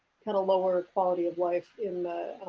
kind of lower quality of life in the